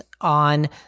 on